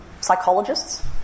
psychologists